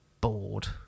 bored